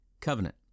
covenant